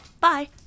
Bye